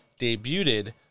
debuted